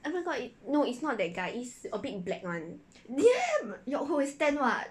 there yoke hoh is tanned [what]